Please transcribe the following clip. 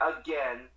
again